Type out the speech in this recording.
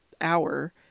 hour